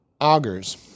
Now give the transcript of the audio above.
augers